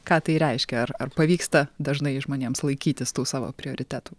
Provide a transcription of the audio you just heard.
ką tai reiškia ar ar pavyksta dažnai žmonėms laikytis tų savo prioritetų